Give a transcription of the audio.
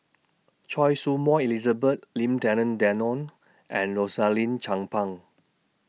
Choy Su Moi Elizabeth Lim Denan Denon and Rosaline Chan Pang